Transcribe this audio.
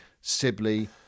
Sibley